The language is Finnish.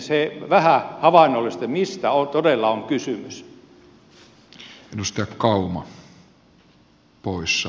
se vähän havainnollistaisi mistä todella on kysymys